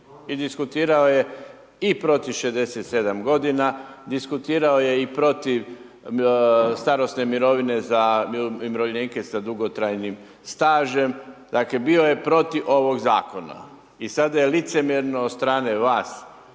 i diskutirao je i protiv 67 godina, diskutirao je i protiv starosne mirovine za umirovljenike sa dugotrajnim stažem, dakle bio je protiv ovog zakona. I sada je licemjerno od strane vas